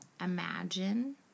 Imagine